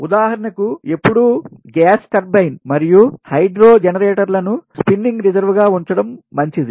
ఉదాహరణకు ఎప్పుడూ gas turbine మరియు హైడ్రో జనరేటర్లను స్పిన్నింగ్ రిజర్వ్గా ఉంచడం మంచిది